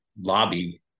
lobby